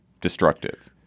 destructive